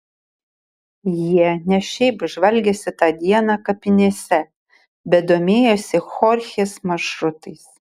jie ne šiaip žvalgėsi tą dieną kapinėse bet domėjosi chorchės maršrutais